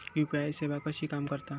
UPI सेवा कशी काम करता?